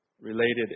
related